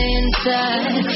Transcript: inside